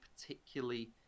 particularly